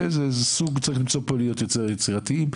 צריכים להיות כאן יותר יצירתיים.